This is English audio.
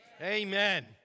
Amen